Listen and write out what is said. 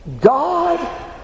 God